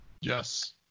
Yes